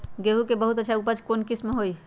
गेंहू के बहुत अच्छा उपज कौन किस्म होई?